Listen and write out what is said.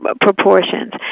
proportions